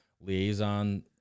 liaison